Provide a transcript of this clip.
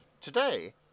Today